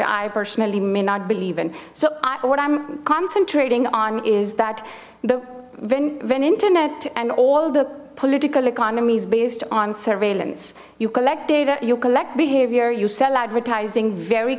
i personally may not believe in so what i'm concentrating on is that the when internet and all the political economy is based on surveillance you collect data you collect behavior you sell advertising very